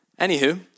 Anywho